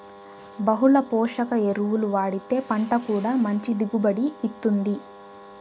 బహుళ పోషక ఎరువులు వాడితే పంట కూడా మంచి దిగుబడిని ఇత్తుంది